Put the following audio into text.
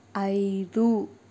ఐదు